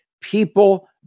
people